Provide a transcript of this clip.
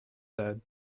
said